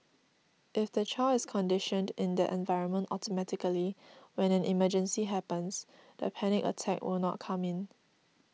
if the child is conditioned in that environment automatically when an emergency happens the panic attack will not come in